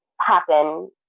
happen